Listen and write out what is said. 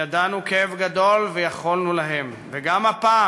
ידענו כאב גדול, ויכולנו להם, וגם הפעם